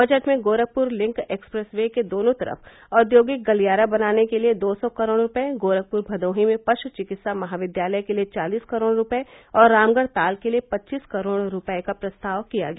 budget में Gorakhpur link express way के दोनों तरफ औद्योगिक गलियारा बनाने के लिए दो सौ करोड़ रूपये गोरखपुर भदोही में पशु चिकित्सा महाविद्यालय के लिए चालीस करोड़ रूपये और रामगढ़ ताल के लिए पच्चीस करोड़ रूपये का प्रस्ताव किया गया